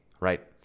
right